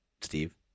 Steve